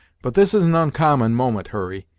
but this is an uncommon moment, hurry,